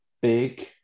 big